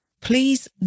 Please